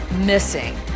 missing